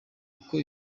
uko